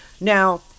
Now